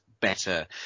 better